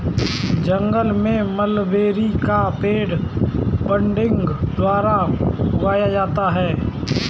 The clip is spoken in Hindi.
जंगल में मलबेरी का पेड़ बडिंग द्वारा उगाया गया है